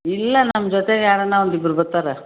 ಇಲ್ಲ ನಮ್ಮ ಜೊತೆಗೆ ಯಾರಾನ ಒಂದಿಬ್ಬರು ಬತ್ತಾರೆ